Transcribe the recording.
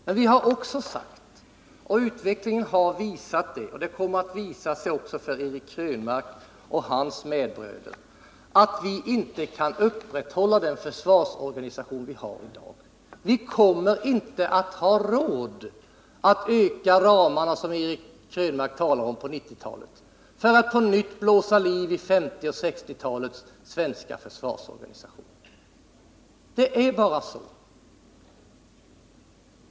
Men vi har också sagt att vi inte kan upprätthålla den försvarsorganisation som vi har i dag, vilket utvecklingen har visat — och detta kommer också att stå klart för Eric Krönmark och hans medbröder. Vi kommer inte att ha råd att vidga ramarna, vilket Eric Krönmark talar om, på 1990-talet för att på nytt blåsa liv i 1950 och 1960-talets svenska försvarsorganisation. Det är bara så.